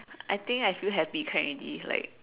I think I feel happy can already like